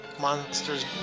monsters